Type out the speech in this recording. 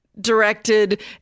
directed